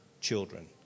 children